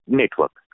network